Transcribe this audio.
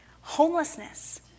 homelessness